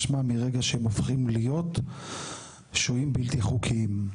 משמע מרגע שהם הופכים להיות שוהים בלתי חוקיים.